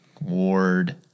Ward